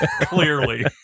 Clearly